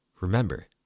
Remember